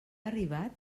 arribat